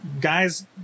Guys